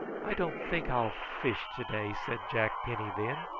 i don't think i'll fish to-day, said jack penny then.